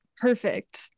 perfect